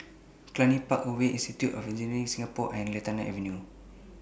Cluny Park Way Institute of Engineers Singapore and Lantana Avenue